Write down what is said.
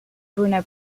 bruno